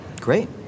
Great